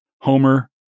Homer